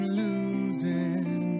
losing